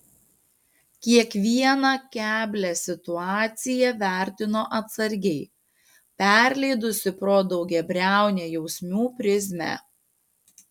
kiekvieną keblią situaciją vertino atsargiai perleidusi pro daugiabriaunę jausmų prizmę